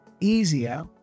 easier